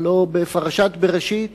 הלוא בפרשת בראשית